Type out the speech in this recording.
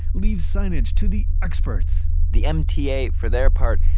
leave signage to the experts. the mta, for their part,